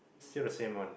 still the same one